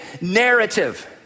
narrative